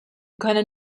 können